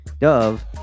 Dove